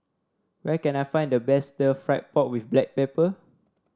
where can I find the best Stir Fried Pork with Black Pepper